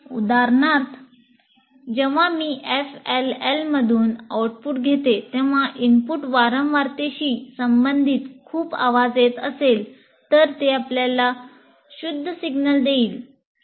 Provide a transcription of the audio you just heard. उदाहरणार्थ जेव्हा मी FLLमधून आउटपुट घेते तेव्हा इनपुट वारंवारतेशी संबंधित खूप आवाज येत असेल तर ते आपल्याला निश्चित सिग्नल देईल